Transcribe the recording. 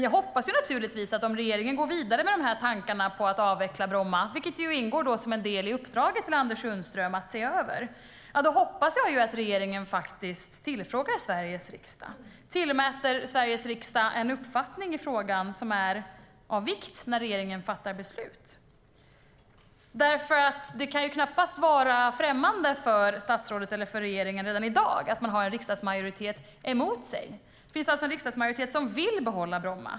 Jag hoppas att regeringen om den går vidare med tankarna på att avveckla Bromma - att se över en avveckling ingår ju i uppdraget till Anders Sundström - faktiskt tillfrågar Sveriges riksdag och tillmäter Sveriges riksdags uppfattning i frågan vikt när regeringen fattar beslut. Det kan ju knappast vara främmande för statsrådet eller regeringen att de har en riksdagsmajoritet emot sig redan i dag. Det finns alltså en riksdagsmajoritet som vill behålla Bromma.